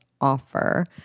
offer